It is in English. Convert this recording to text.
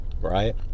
right